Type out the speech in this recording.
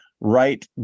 right